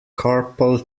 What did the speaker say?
carpal